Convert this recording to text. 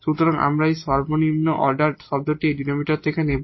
সুতরাং আমরা এই সর্বনিম্ন অর্ডার শব্দটি এই ডিনোমিনেটর থেকে নেব